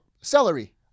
celery